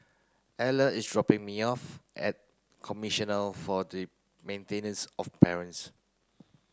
Eller is dropping me off at Commissioner for the Maintenance of Parents